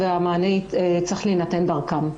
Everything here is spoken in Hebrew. המענה צריך להינתן דרך המשרד לביטחון פנים.